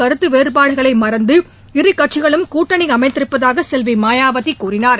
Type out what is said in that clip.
கருத்து வேறுபாடுகளை மறந்து இரு கட்சிகளும் கூட்டணி அமைத்திருப்பதாக செல்வி மாயாவதி கூறினார்